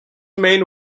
main